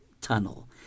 tunnel